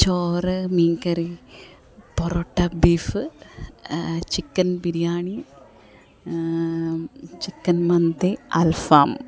ചോറ് മീൻകറി parotta beef chicken biryani chicken മന്തി അല്ഫാം